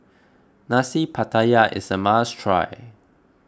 Nasi Pattaya is a must try